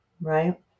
right